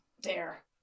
Dare